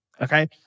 Okay